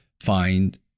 find